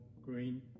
green